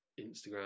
instagram